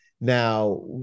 Now